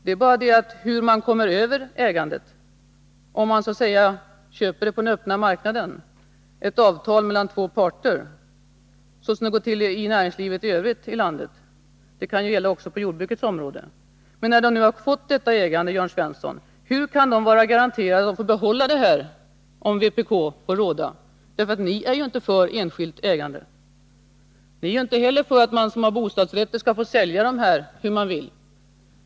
Det är bara fråga om hur man kommer över ägandet, om man så att säga köper på öppna marknaden i ett avtal mellan två parter så som det går till i näringslivet i övrigt i landet; det kan ju gälla också på jordbrukets område. Men när de sedan har fått detta ägande, Jörn Svensson, hur kan de då vara garanterade att få behålla det, om vpk får råda? Ni är ju inte för enskilt ägande. Ni är inte för att de som har bostadsrätter skall få sälja dem hur de vill.